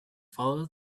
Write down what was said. follow